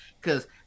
Cause